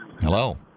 Hello